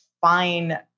fine